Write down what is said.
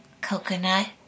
coconut